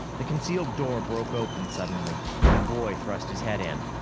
the concealed door broke open suddenly and a boy thrust his head in.